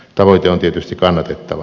tavoite on tietysti kannatettava